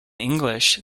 english